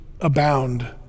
abound